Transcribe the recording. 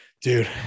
dude